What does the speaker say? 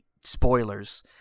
spoilers